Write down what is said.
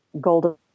golden